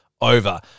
over